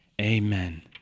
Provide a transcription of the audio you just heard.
Amen